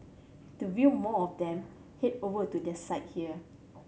to view more of them head over to their site here